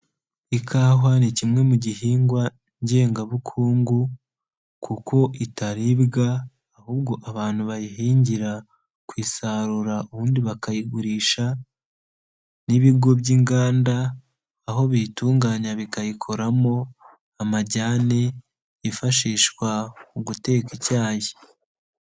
Ikawa ni kimwe mu gihingwa ngengabukungu kuko itaribwa ahubwo abantu bayihingira kuyisarura ubundi bakayigurisha n'ibigo by'inganda, aho biyitunganya bikayikoramo amajyani yifashishwa mu guteka icyayi.